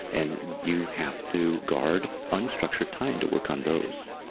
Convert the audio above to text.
and you have to guard unstructured time to work on those